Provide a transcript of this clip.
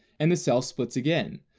and the cells split again,